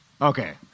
Okay